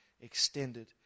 extended